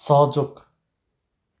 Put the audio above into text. सहयोग